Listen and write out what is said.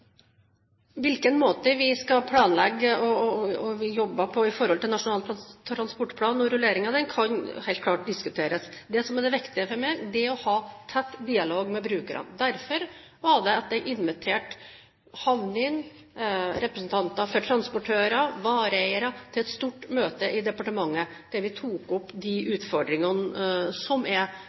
Hvilken måte vi skal planlegge på og jobber på når det gjelder Nasjonal transportplan og rulleringen av den, kan helt klart diskuteres. Det som er det viktige for meg, er å ha tett dialog med brukerne. Derfor var det jeg inviterte havnene, representanter for transportører og vareeiere til et stort møte i departementet der vi tok opp de utfordringene som er